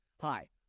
Hi